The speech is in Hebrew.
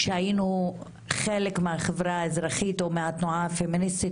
שהיינו חלק מהחברה האזרחית או מהתנועה הפמיניסטית,